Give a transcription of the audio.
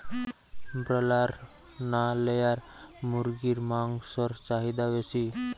Broiler না layer মুরগির মাংসর চাহিদা বেশি?